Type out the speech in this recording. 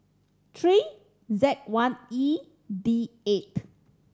three Z one E D eight